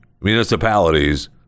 municipalities